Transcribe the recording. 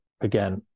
again